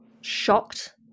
shocked